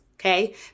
Okay